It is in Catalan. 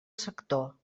sector